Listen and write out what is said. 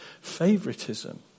favoritism